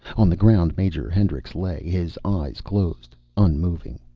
on the ground major hendricks lay, his eyes closed, unmoving.